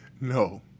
no